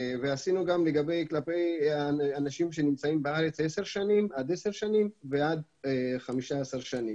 עשינו גם כלפי אנשים שנמצאים בארץ עד 10 שנים ועד 15 שנים.